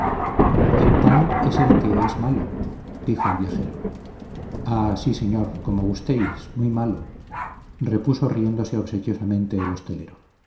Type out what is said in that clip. el pan es el que es malo dijo el viajero ah sí señor como gustéis muy malo repuso riéndose obsequiosamente el hostelero